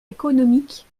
économique